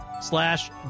slash